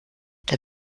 der